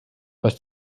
was